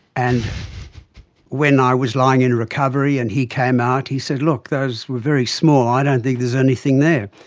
and when i was lying in recovery and he came out he said, look, those were very small, i don't think there's anything there.